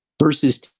Versus